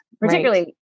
Particularly